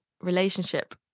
relationship